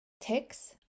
ticks